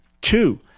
Two